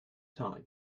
time